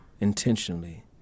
Intentionally